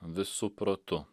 visu protu